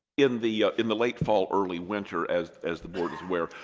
in the in the late fall early winter, as as the board is aware,